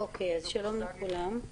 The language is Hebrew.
שלום לכולם.